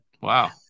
wow